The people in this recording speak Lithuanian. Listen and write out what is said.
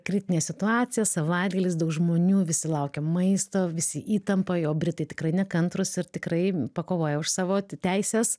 kritinė situacija savaitgalis daug žmonių visi laukia maisto visi įtampoj o britai tikrai nekantrūs ir tikrai pakovoja už savo teises